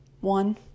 one